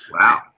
Wow